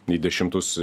į dešimtus